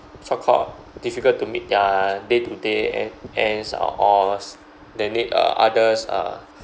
so-called difficult to meet their day-to-day end ends uh or they need uh others uh